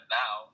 now